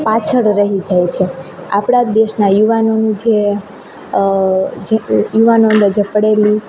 પાછળ રહી જાય છે આપણા દેશના યુવાનોનું જે જે યુવાનોનું જે પડેલી